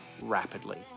rapidly